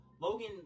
Logan